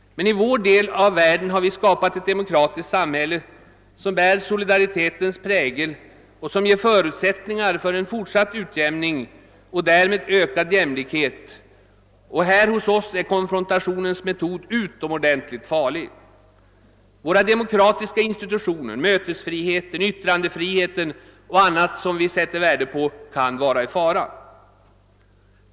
Men i vår del av världen har vi skapat ett demokratiskt samhälle, som bär solidaritetens prägel och som ger förutsättningar för en fortsatt utjämning och därmed ökad jämlikhet. Här hos oss är konfrontationens metod utomordentligt farlig. Våra demokratiska institutioner, mötesfriheten, yttrandefriheten och annat som vi sätter värde på, skulle vara i fara.